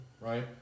right